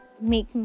make